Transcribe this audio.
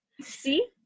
See